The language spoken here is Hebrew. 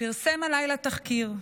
פרסם הלילה תחקיר.